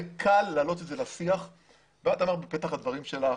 זה קל להעלות את זה לשיח ואת אמרת בפתח הדברים שלך